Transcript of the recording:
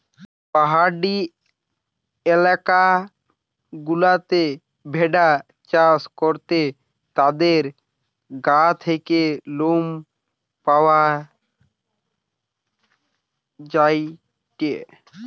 পাহাড়ি এলাকা গুলাতে ভেড়া চাষ করে তাদের গা থেকে লোম পাওয়া যায়টে